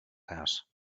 house